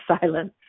silence